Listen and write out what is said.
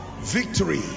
victory